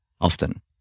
often